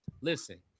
Listen